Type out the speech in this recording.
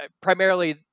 primarily